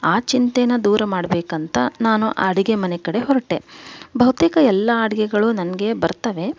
ಆ ಚಿಂತೆನ ದೂರ ಮಾಡ್ಬೇಕಂತ ನಾನು ಅಡುಗೆಮನೆ ಕಡೆ ಹೊರ್ಟೆ ಬಹುತೇಕ ಎಲ್ಲ ಅಡುಗೆಗಳು ನನಗೆ ಬರ್ತಾವೆ